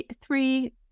three